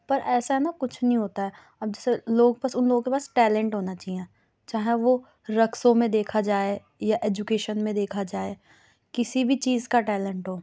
پر ایسا ہے نہ کچھ نہیں ہوتا ہے اب جیسے لوگ پاس اُن لوگوں كے پاس ٹیلنٹ ہونا چاہیئں چاہے وہ رقصوں میں دیکھا جائے یا ایجوکیشن میں دیکھا جائے کسی بھی چیز کا ٹیلینٹ ہو